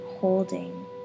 holding